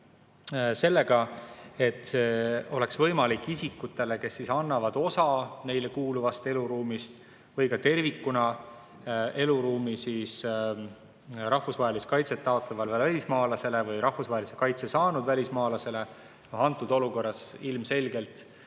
sellega, et oleks võimalik isikutele, kes annavad osa neile kuuluvast eluruumist või ka eluruumi tervikuna rahvusvahelist kaitset taotlevale välismaalasele või rahvusvahelise kaitse saanud välismaalasele – antud olukorras tähendab